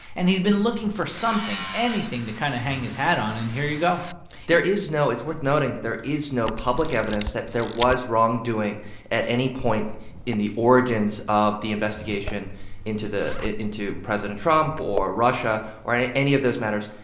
and he's been looking for something, anything to kind of hang his hat on. and here you go there is no it's worth noting that there is no public evidence that there was wrongdoing at any point in the origins of the investigation into the into president trump or russia or ah any of those matters.